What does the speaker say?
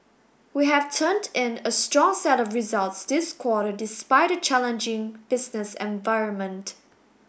we have turned in a strong set of results this quarter despite a challenging business environment